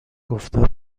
گفتم